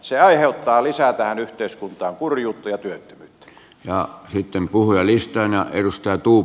se aiheuttaa tähän yhteiskuntaan lisää kurjuutta ja työttömyyttä